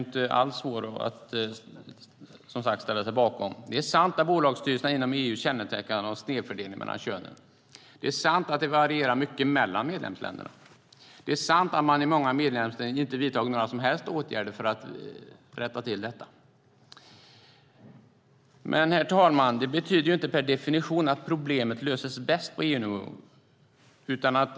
Det är sant att bolagsstyrelserna inom EU kännetecknas av snedfördelning mellan könen. Det är sant att det varierar mycket mellan medlemsländerna. Det är sant att man i många medlemsländer inte vidtagit några som helst åtgärder för att rätta till detta. Men, herr talman, det betyder inte per definition att problemet löses bäst på EU-nivå.